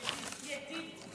ידיד.